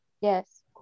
Yes